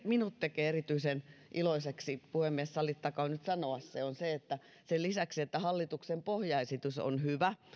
minut tekee erityisen iloiseksi puhemies sallittakoon nyt sanoa se on se että sen lisäksi että hallituksen pohjaesitys on hyvä